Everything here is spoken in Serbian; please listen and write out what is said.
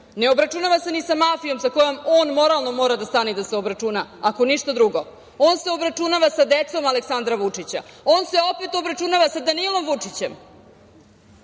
ne obračunava se ni sa mafijom sa kojom moralno on mora da stane i da se obračuna kao ništa drugo, on se obračunava sa decom Aleksandra Vučića. On se opet obračunava sa Danilom Vučićem. Jedan